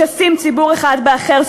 משסים ציבור אחד באחר,